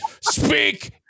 speak